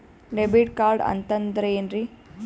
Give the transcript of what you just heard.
Debit card ಅಂತಂದ್ರೆ ಏನ್ರೀ?